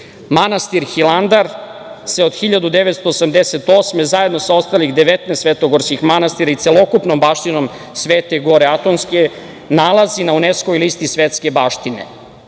Manastir Hilandar se od 1988. godine, zajedno sa ostalih 19 svetogorskih manastira i celokupnom baštinom Svete Gore Atonske nalazi na UNESKO listi svetske baštine. Cilj